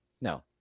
No